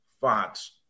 Fox